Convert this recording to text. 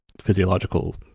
physiological